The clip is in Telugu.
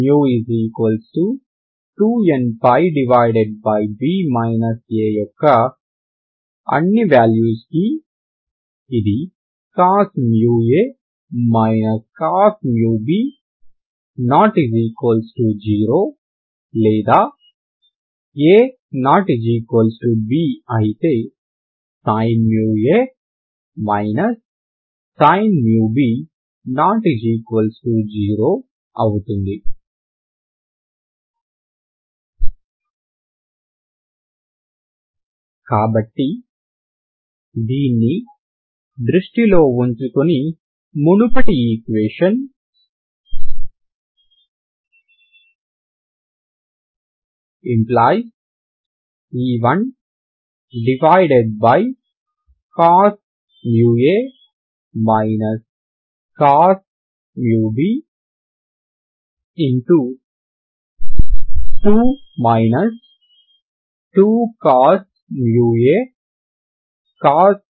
μ2nπb a యొక్క అన్ని వాల్యూస్ కు ఇది cos μa cos μb ≠0 లేదా a≠b అయితే sin μa sin μb ≠0 అవుతుంది కాబట్టి దీన్ని దృష్టిలో ఉంచుకుని మునుపటి equation c1cos μa cos μb 2 2cos μa